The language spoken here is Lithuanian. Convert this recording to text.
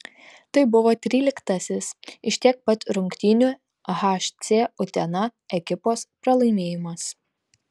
tai buvo tryliktasis iš tiek pat rungtynių hc utena ekipos pralaimėjimas